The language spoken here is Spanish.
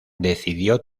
decidió